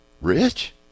rich